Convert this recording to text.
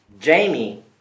Jamie